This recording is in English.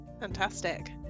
Fantastic